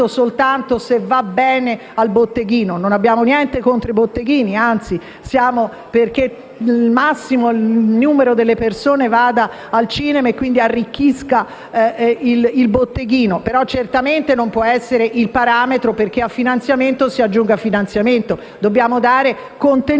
Non abbiamo niente contro i botteghini, anzi, siamo perché il massimo numero possibile di persone vada al cinema e arricchisca il botteghino, ma certamente non può essere questo il parametro perché a finanziamento si aggiunga finanziamento. Dobbiamo dare contenuto